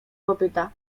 kopyta